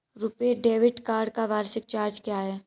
RuPay debit card का वार्षिक charge क्या है?